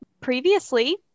previously